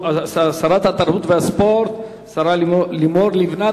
שוב תודה לשרת התרבות והספורט, השרה לימור לבנת.